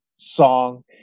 Song